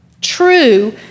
true